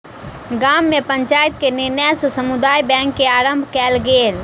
गाम में पंचायत के निर्णय सॅ समुदाय बैंक के आरम्भ कयल गेल